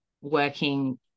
working